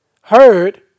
Heard